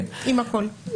עם הכול.